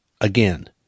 again